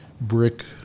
brick